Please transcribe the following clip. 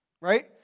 Right